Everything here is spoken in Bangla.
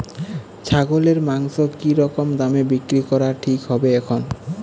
ছাগলের মাংস কী রকম দামে বিক্রি করা ঠিক হবে এখন?